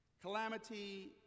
calamity